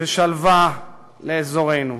ושלווה לאזורנו.